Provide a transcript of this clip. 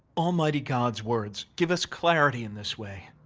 almighty god's words give us clarity in this way.